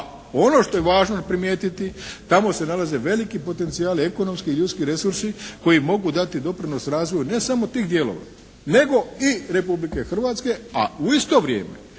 ono što je važno za primijetiti tamo se nalaze veliki potencijali, ekonomski i ljudski resursi koji mogu dati doprinos razvoju ne samo tih dijelova nego i Republike Hrvatske, a u isto vrijeme